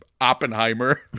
Oppenheimer